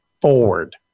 forward